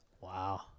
Wow